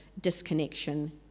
disconnection